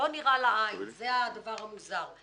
זה הדבר המוזר.